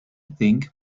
think